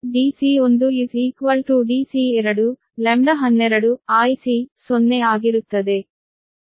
ಆದ್ದರಿಂದ Dc1 Dc2 λ12 0 ಆಗಿರುತ್ತದೆ